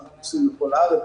אנחנו פרושים בכל הארץ,